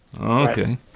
Okay